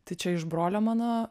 tai čia iš brolio mano